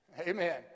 Amen